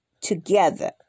together